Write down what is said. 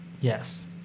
Yes